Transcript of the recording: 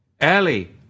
Ellie